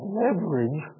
leverage